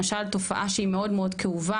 למשל תופעה שהיא מאוד מאוד כאובה,